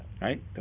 right